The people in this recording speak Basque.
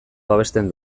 babesten